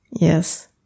Yes